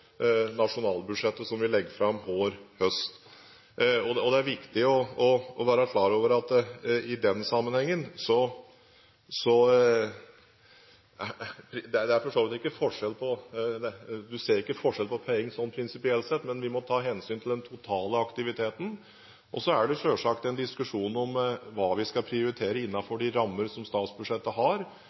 nasjonalbudsjettet som vi legger fram hver høst. Det er viktig å være klar over at i den sammenhengen ser man for så vidt ikke forskjell på pengene prinsipielt sett, men vi må ta hensyn til den totale aktiviteten. Så er det selvsagt en diskusjon om hva vi skal prioritere innenfor de rammer som statsbudsjettet har.